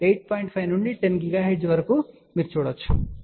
5 నుండి 10 GHz వరకు అని మీరు చూడవచ్చు సరే